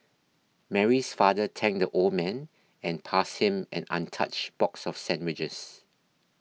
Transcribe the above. Mary's father thanked the old man and passed him an untouched box of sandwiches